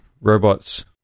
robots